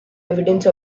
evidence